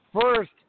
first